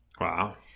Wow